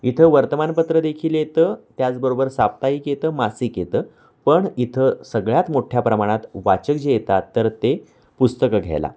इथं वर्तमानपत्रं देखील येतं त्याचबरोबर साप्ताहिक येतं मासिक येतं पण इथं सगळ्यात मोठ्या प्रमाणात वाचक जे येतात तर ते पुस्तकं घ्यायला